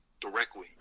directly